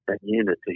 unity